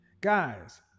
Guys